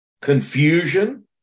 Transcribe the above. Confusion